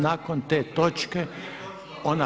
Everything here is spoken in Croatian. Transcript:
Nakon te točke ona